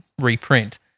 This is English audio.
Reprint